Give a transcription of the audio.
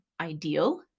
ideal